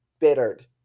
bittered